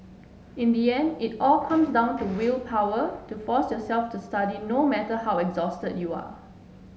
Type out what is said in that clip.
in the end it all comes down to willpower to force yourself to study no matter how exhausted you are